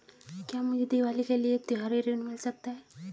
क्या मुझे दीवाली के लिए त्यौहारी ऋण मिल सकता है?